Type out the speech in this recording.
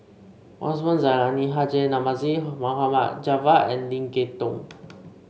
Osman Zailani Haji Namazie Mohd Javad and Lim Kay Tong